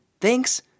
thanks